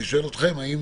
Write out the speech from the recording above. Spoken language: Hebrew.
אני שואל אתכם האם